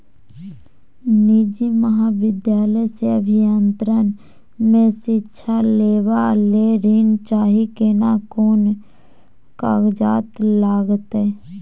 निजी महाविद्यालय से अभियंत्रण मे शिक्षा लेबा ले ऋण चाही केना कोन कागजात लागतै?